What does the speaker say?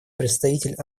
представитель